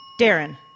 Darren